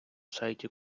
сайті